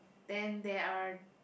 then there are